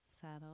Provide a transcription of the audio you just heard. settle